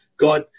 God